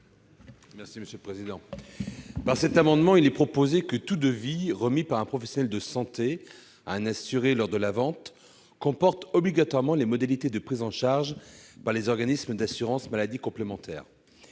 M. Philippe Mouiller. Par cet amendement, il est proposé que tout devis remis par un professionnel de santé à un assuré lors de la vente comporte obligatoirement les modalités de prise en charge par les organismes d'assurance maladie complémentaire.